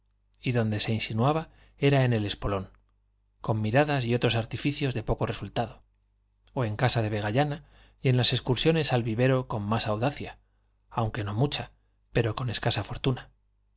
y donde se insinuaba era en el espolón con miradas y otros artificios de poco resultado o en casa de vegallana y en las excursiones al vivero con más audacia aunque no mucha pero con escasa fortuna